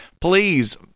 please